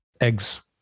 eggs